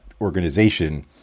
organization